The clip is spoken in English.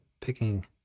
picking